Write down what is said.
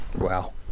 Wow